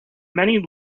many